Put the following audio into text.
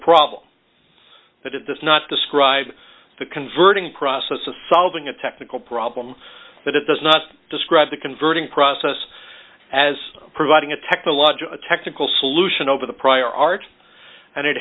problem but it does not describe the converting process of solving a technical problem that it does not describe the converting process as providing a technological technical solution over the prior art and it